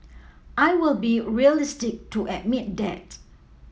I will be realistic to admit that